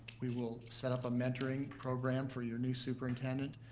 we will set up a mentoring program for your new superintendent.